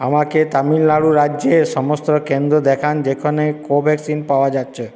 আমাকে তামিলনাড়ু রাজ্যে সমস্ত কেন্দ্র দেখান যেখানে কোভ্যাক্সিন পাওয়া যাচ্ছে